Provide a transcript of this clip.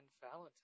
Valentine